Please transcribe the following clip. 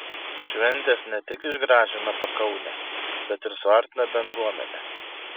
šventės ne tik išgražina pakaunę bet ir suartina bendruomenę